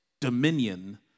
dominion